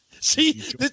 See